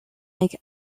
make